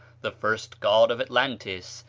the first god of atlantis,